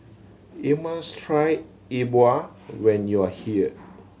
you must try E Bua when you are here